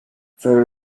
for